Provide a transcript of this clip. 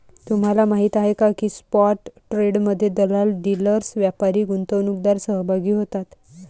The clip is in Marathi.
तुम्हाला माहीत आहे का की स्पॉट ट्रेडमध्ये दलाल, डीलर्स, व्यापारी, गुंतवणूकदार सहभागी होतात